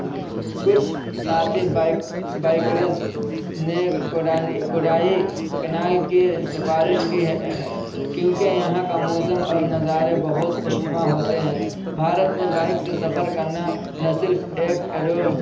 کچھ ساتھی bike bikers نے کوڈائی کنال کے سفارش کی ہے ہے کیونکہ یہاں کا موسم اور نظارے بہت خوشنما ہوتے ہیں بھارت میں بائک سے سفر کرنا نہ صرف ایک ایڈ